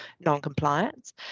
non-compliance